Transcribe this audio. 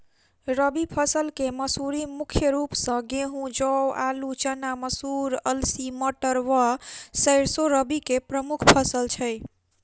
रबी फसल केँ मसूरी मुख्य रूप सँ गेंहूँ, जौ, आलु,, चना, मसूर, अलसी, मटर व सैरसो रबी की प्रमुख फसल छै